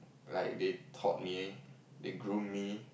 like they taught me they groom me